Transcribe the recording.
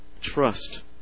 trust